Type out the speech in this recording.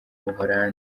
buholandi